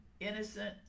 Innocent